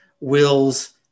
wills